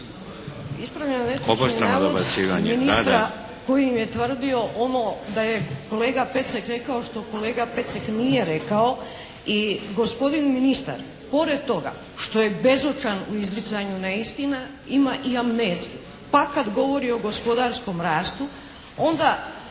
Ispravljam netočni navod ministra kojim je tvrdio ono da je kolega Pecek rekao što kolega Pecek nije rekao i gospodin ministar pored toga što je bezočan u izricanju neistina ima i amneziju, pa kad govori o gospodarskom rastu onda